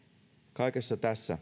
kaikessa tässä